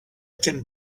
can